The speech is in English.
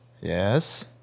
Yes